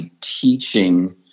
teaching